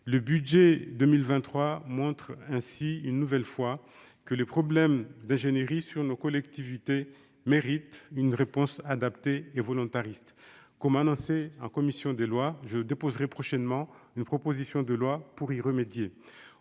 Le budget pour 2023 démontre ainsi une nouvelle fois que les problèmes d'ingénierie dans nos collectivités méritent une réponse adaptée et volontariste ; comme je l'ai annoncé en commission des lois, je déposerai prochainement une proposition de loi pour y remédier.